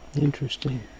interesting